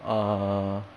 err